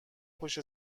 پشت